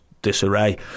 Disarray